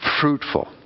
fruitful